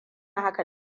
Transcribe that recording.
haka